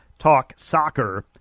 TalkSoccer